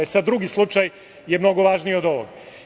E, sad, drugi slučaj je mnogo važniji od ovog.